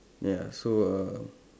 ya so err